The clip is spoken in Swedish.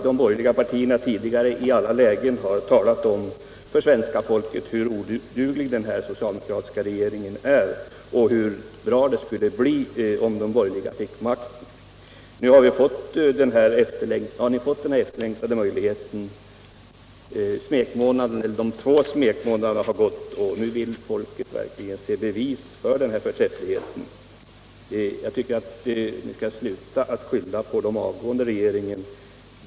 De borgerliga partierna talade tidigare i alla lägen om för svenska folket hur oduglig den socialdemokratiska regeringen var och hur bra det skulle bli om de borgerliga fick makten. Nu har ni fått den efterlängtade möjligheten. De två smekmånaderna har gått, och nu vill folk se bevis för den här förträffligheten. Jag tycker ni skall sluta skylla på den avgående regeringen.